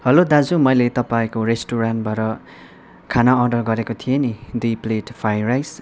hello दाजु मैले तपाईँको रेस्टुरेन्टबाट खाना अर्डर गरेको थिएँ नि दुई प्लेट फ्राई राइस